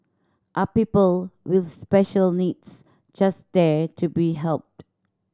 are people with special needs just there to be helped